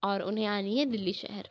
اور انہیں آنی ہے دلی شہر